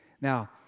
Now